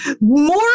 more